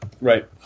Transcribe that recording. Right